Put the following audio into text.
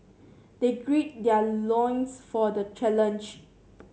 they grid their loins for the challenge